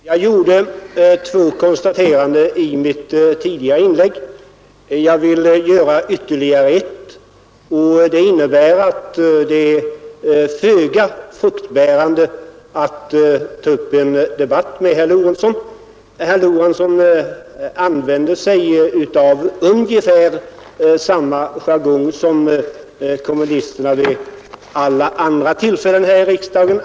Fru talman! Jag gjorde två konstateranden i mitt tidigare inlägg. Jag vill göra ännu ett, och det innebär att det är föga fruktbärande att ta upp en debatt med herr Lorentzon. Han använder ungefär samma jargong som kommunisterna begagnar sig av vid alla andra tillfällen här i riksdagen.